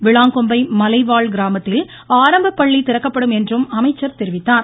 விளாங்கொம்பை மலைவாழ் கிராமத்தில் ஆரம்பப்பள்ளி திறக்கப்படும் என்றும் அமைச்சர் தெரிவித்தார்